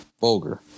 vulgar